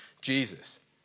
Jesus